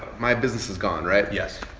my business is gone, right? yes.